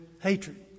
hatred